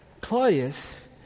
Claudius